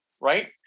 Right